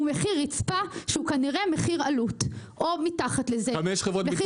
הוא מחיר רצפה שהוא כנראה מחיר עלות או מתחת לזה.